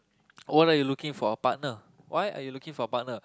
what are you looking for a partner why are you looking for a partner